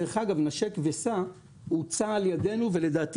דרך אגב 'נשק וסע' הוצע על ידינו ולדעתי